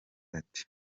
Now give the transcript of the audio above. ati